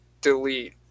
delete